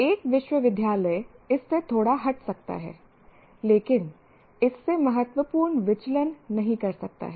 एक विश्वविद्यालय इससे थोड़ा हट सकता है लेकिन इससे महत्वपूर्ण विचलन नहीं कर सकता है